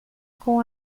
com